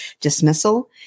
dismissal